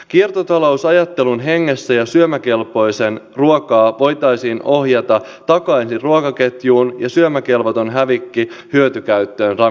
kiertotalousajattelun hengessä syömäkelpoista ruokaa voitaisiin ohjata takaisin ruokaketjuun ja syömäkelvoton hävikki hyötykäyttöön ravinteina